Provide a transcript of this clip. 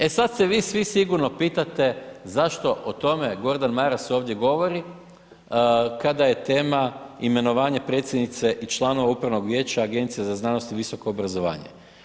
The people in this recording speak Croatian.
E sad se vi svi sigurno pitate, zašto o tome Gordan Maras ovdje govori kada je tema imenovanje predsjednice i članova Upravnog vijeća Agencije za znanost i visoko obrazovanje.